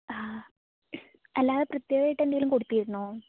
ആഹ് അല്ലാതെ പ്രത്യേകമായിട്ട് എന്തെങ്കിലും കൊടുത്തിരുന്നോ